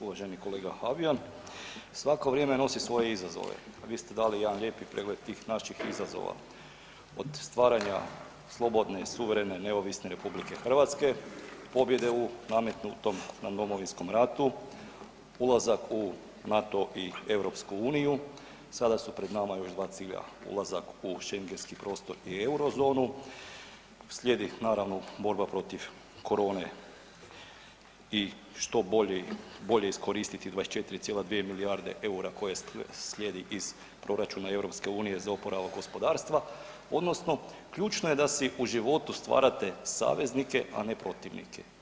Uvaženi kolega Habijan, svako vrijeme nosi svoje izazove a vi ste dali jedan lijepi pregled tih naših izazova, od stvaranja slobodne, suverene, neovisne RH, pobjede u nametnutom nam Domovinskom ratu, ulazak u NATO i EU, sada su pred nama još dva cilja, ulazak u schengenski prostor i Euro zonu, slijedi naravno borba protiv korone i što bolje iskoristiti 24,2 milijarde eura koje slijedi iz proračuna EU-a za oporavak gospodarstva odnosno ključno je da si u životu stvarate saveznike a ne protivnike.